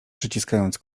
przyciskając